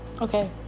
Okay